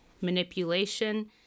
manipulation